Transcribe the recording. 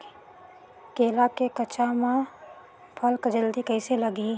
केला के गचा मां फल जल्दी कइसे लगही?